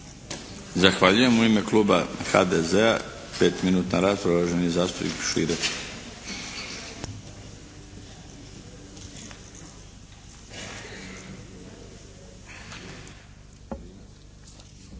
Zahvaljujem. U ime kluba HDZ-a, 5-minutna rasprava uvaženi zastupnik Širac.